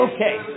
Okay